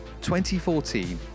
2014